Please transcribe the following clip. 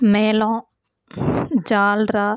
மேளம் ஜால்ரா